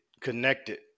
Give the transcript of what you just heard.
connected